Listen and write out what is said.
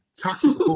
toxic